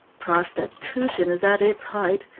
prostitution is at its height,